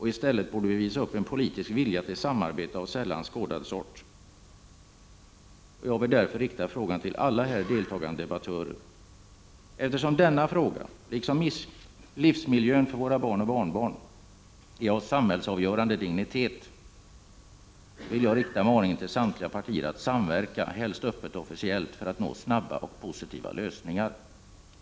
I stället borde vi visa upp en politisk vilja till samarbete av sällan skådat sort, och jag vill därför rikta en maning till alla här deltagande debattörer: Eftersom denna fråga — liksom livsmiljön för våra barn och barnbarn — är av samhällsavgörande dignitet, så vill jag rikta maningen till samtliga partier att samverka — helst öppet och officiellt — för att nå snabba och positiva lösningar.